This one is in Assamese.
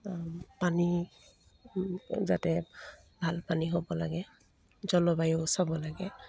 পানী যাতে ভাল পানী হ'ব লাগে জলবায়ু চাব লাগে